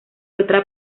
otra